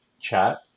chat